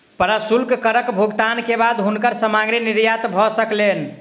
प्रशुल्क करक भुगतान के बाद हुनकर सामग्री निर्यात भ सकलैन